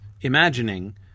imagining